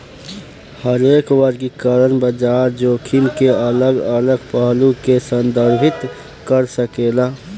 हरेक वर्गीकरण बाजार जोखिम के अलग अलग पहलू के संदर्भित कर सकेला